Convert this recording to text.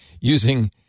using